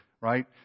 right